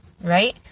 right